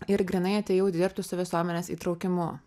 ir grynai atėjau dirbti su visuomenės įtraukimu